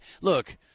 Look